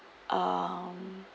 um